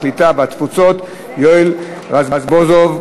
הקליטה והתפוצות יואל רזבוזוב.